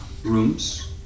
rooms